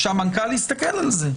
שהמנכ"ל יסתכל על זה,